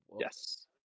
yes